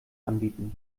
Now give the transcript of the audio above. anbieten